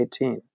18